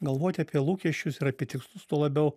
galvoti apie lūkesčius ir apie tikslus tuo labiau